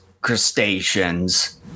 crustaceans